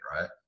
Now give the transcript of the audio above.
right